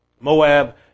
Moab